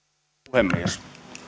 puhemies